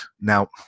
Now